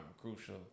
Crucial